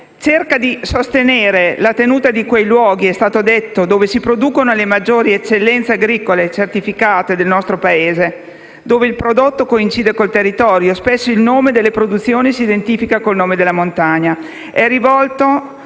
cerca di sostenere la "tenuta" di quei luoghi dove si producono le maggiori eccellenze agricole certificate del nostro Paese, dove il prodotto coincide con il territorio e spesso il nome delle produzioni si identifica con il nome della montagna.